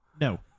no